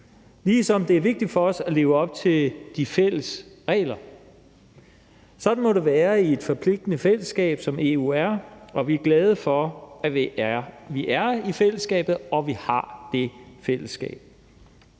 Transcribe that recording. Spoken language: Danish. ligesom det er vigtigt for os at leve op til de fælles regler. Sådan må det være i et forpligtende fællesskab, som EU er, og vi er glade for, at vi er i fællesskabet og vi har det fællesskab,